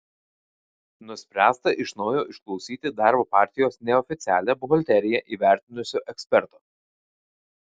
nuspręsta iš naujo išklausyti darbo partijos neoficialią buhalteriją įvertinusio eksperto